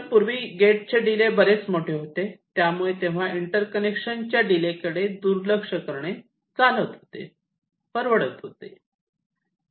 तर पूर्वी गेटचे डिले बरेच मोठे होते त्यामुळे तेव्हा इंटर कनेक्शनच्या डिले कडे दुर्लक्ष करणे चालत होते परवडत होते